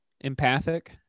empathic